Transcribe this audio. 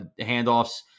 handoffs